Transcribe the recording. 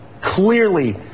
clearly